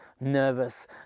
nervous